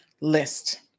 list